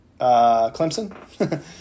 Clemson